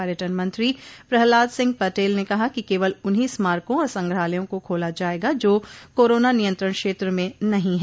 पर्यटन मंत्री प्रहलाद सिंह पटेल ने कहा कि केवल उन्हीं स्मारकों और संग्रहालयों को खोला जायेगा जो कोरोना नियंत्रण क्षेत्र में नहीं हैं